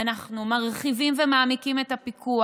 אנחנו מרחיבים ומעמיקים את הפיקוח.